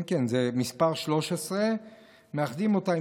זה אותו נושא.